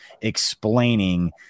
explaining